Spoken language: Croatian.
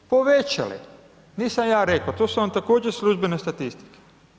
Povećali, nisam ja reko to su vam također službene statistike.